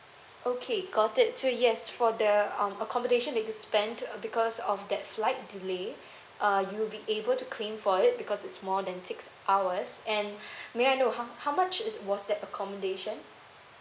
okay got it so yes for the um accommodation you've spent because of that flight delay uh you will be able to claim for it because it's more than six hours and may I know how how much is was that accommodation